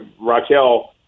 Raquel